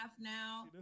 now